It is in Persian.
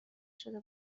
شده